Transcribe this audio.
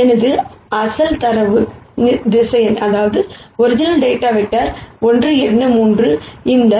எனவே எனது அசல் டேட்டா வெக்டார் 1 2 3 இந்த